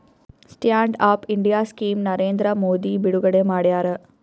stand up India scheme Narendra Modi ಬಿಡುಗಡೆ ಮಾಡ್ಯಾರ